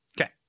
Okay